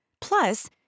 Plus